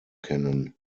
kennen